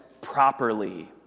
properly